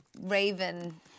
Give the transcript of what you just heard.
raven